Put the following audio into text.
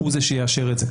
הוא זה שיאשר את זה.